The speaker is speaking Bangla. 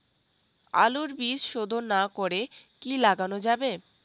আলুর বীজ শোধন না করে কি লাগানো যাবে?